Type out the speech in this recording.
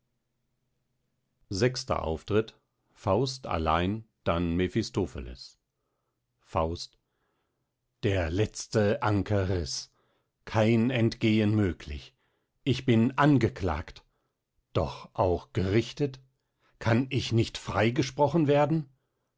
sechster auftritt faust allein dann mephistopheles faust der letzte anker riß kein entgehen möglich ich bin angeklagt doch auch gerichtet kann ich nicht freigesprochen werden